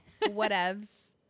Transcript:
Whatevs